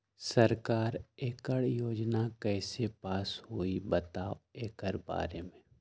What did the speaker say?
सरकार एकड़ योजना कईसे पास होई बताई एकर बारे मे?